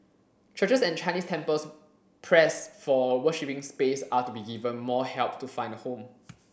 churches and Chinese temples pressed for worshiping space are to be given more help to find a home